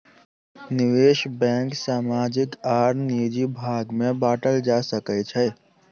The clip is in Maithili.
निवेश बैंक सामाजिक आर निजी भाग में बाटल जा सकै छै